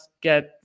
get